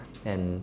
and